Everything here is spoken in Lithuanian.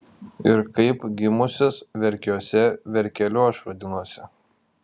ir kaip gimusis verkiuose verkeliu aš vadinuosi